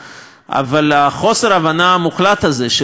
אבל חוסר ההבנה המוחלט הזה של הדיסוננס,